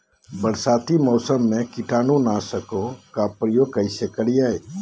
बरसाती मौसम में कीटाणु नाशक ओं का प्रयोग कैसे करिये?